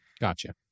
Gotcha